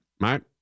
right